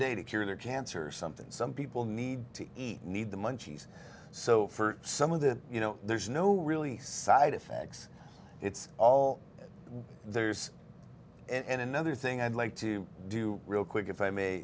day to cure cancer something some people need to eat need the munchies so for some of the you know there's no really side effects it's all theirs and another thing i'd like to do real quick if i may